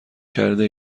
کرده